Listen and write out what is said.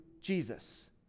Jesus